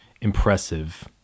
impressive